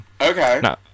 Okay